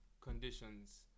conditions